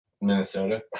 Minnesota